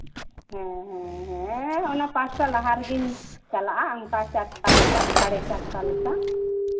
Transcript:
ᱦᱮᱸ ᱦᱮᱸ ᱦᱮᱸ ᱚᱱᱟ ᱯᱟᱸᱪᱴᱟ ᱞᱟᱦᱟ ᱨᱮᱜᱤᱧ ᱪᱟᱞᱟᱜᱼᱟ ᱚᱱᱠᱟ ᱪᱟᱨᱴᱟ ᱞᱮᱠᱟ ᱥᱟᱲᱮ ᱪᱟᱨᱴᱟ ᱞᱮᱠᱟ